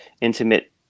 intimate